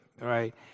right